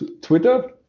Twitter